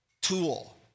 tool